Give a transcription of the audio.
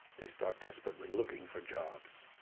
they start desperately looking for jobs.